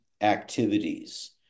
activities